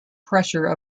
pressure